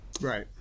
Right